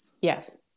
yes